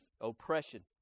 oppression